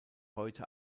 heute